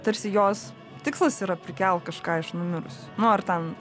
tarsi jos tikslas yra prikelt kažką iš numirusių nu ar ten